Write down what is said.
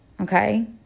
Okay